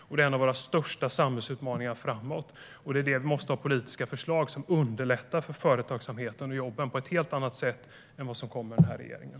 Det här är en av våra största samhällsutmaningar framåt, och vi måste ha politiska förslag som underlättar för företagsamheten och jobben på ett helt annat sätt än vad som kommer med den här regeringen.